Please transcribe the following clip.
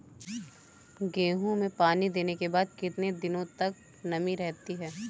गेहूँ में पानी देने के बाद कितने दिनो तक नमी रहती है?